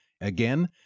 again